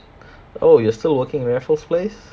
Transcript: oh you are still working at raffles place